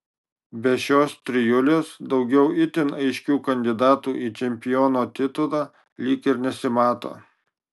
be šios trijulės daugiau itin aiškių kandidatų į čempiono titulą lyg ir nesimato